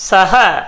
Saha